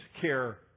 care